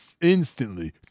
instantly